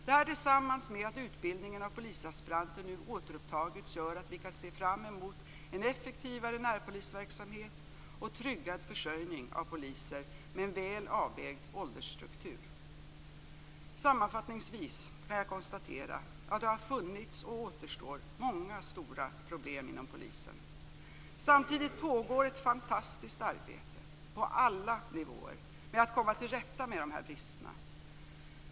Detta tillsammans med att utbildningen av polisaspiranter nu har återupptagits gör att vi kan se fram emot en effektivare närpolisverksamhet och en tryggad försörjning av poliser med en väl avvägd åldersstruktur. Sammanfattningsvis kan jag konstatera att det har funnits och att det återstår många stora problem inom polisen. Samtidigt pågår ett fantastiskt arbete på alla nivåer för att man skall komma till rätta med bristerna.